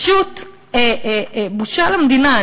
פשוט בושה למדינה.